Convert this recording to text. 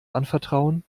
anvertrauen